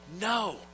No